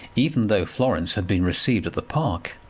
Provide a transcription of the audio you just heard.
even though florence had been received at the park.